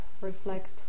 reflect